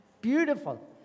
Beautiful